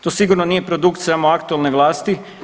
To sigurno nije produkt samo aktualne vlasti.